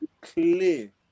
clear